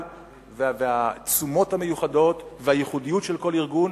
והתשומות המיוחדות והייחודיות של כל ארגון,